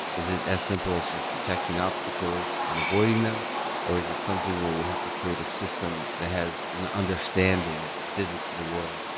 is it as simple as just detecting obstacles and avoiding them or is it something where we have to create a system that has an understanding of the physics of the world,